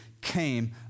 came